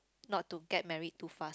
not to get married too fast